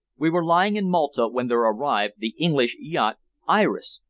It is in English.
we were lying in malta when there arrived the english yacht iris,